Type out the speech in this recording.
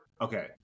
Okay